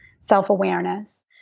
self-awareness